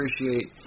appreciate